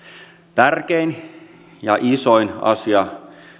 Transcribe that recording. tärkein ja isoin asia